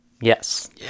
Yes